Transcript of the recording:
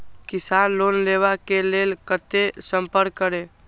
किसान लोन लेवा के लेल कते संपर्क करें?